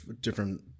different